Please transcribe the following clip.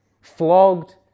flogged